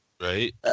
Right